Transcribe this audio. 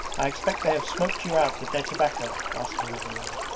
i expect they have smoked you out with their tobacco asked another woman.